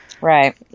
right